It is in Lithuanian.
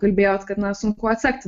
kalbėjot kad na sunku atsekti